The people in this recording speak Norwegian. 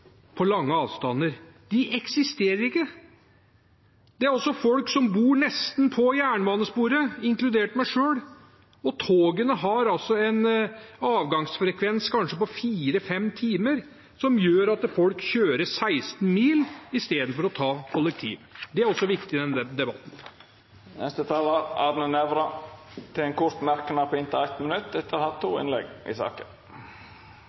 over lange avstander. Det eksisterer ikke. Det er også folk som bor nesten på jernbanesporet – inkludert meg selv. Togene har en avgangsfrekvens på kanskje fire–fem timer, som gjør at folk kjører 16 mil istedenfor å ta kollektivtransport. Det er også viktig i denne debatten. Representanten Arne Nævra har hatt ordet to gonger tidlegare og får ordet til ein kort merknad, avgrensa til 1 minutt. Det er skapt en del usikkerhet rundt kollektivsatsing i